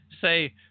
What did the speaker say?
say